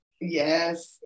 Yes